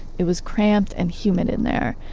it was cramped and humid in there.